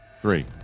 three